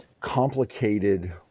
complicated